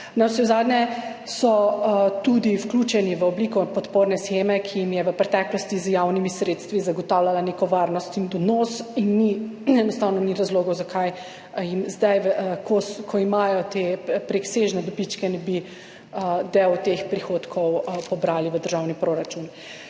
Navsezadnje so tudi vključeni v obliko podporne sheme, ki jim je v preteklosti z javnimi sredstvi zagotavljala neko varnost in donos. In enostavno ni razlogov, zakaj jim zdaj, ko imajo te presežne dobičke, ne bi del teh prihodkov pobrali v državni proračun.